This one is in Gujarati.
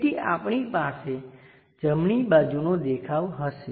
તેથી આપણી પાસે જમણી બાજુનો દેખાવ હશે